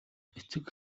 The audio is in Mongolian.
эцэг